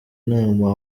inama